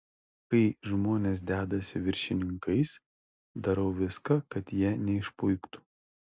kai žmonės dedasi viršininkais darau viską kad jie neišpuiktų